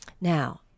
Now